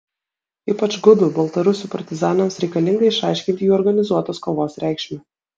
ypač gudų baltarusių partizanams reikalinga išaiškinti jų organizuotos kovos reikšmę